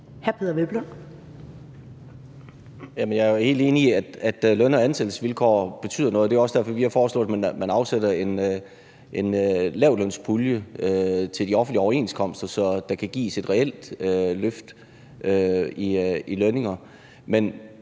Jeg er jo helt enig i, at løn- og ansættelsesvilkår betyder noget. Det er også derfor, vi har foreslået, at man afsætter en lavtlønspulje til de offentlige overenskomster, så der kan gives et reelt løft i lønninger.